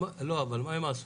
מה הם עשו?